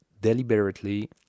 deliberately